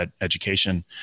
education